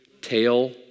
Tail